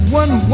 one